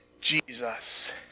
Jesus